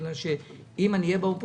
כי אם אני אהיה באופוזיציה,